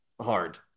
hard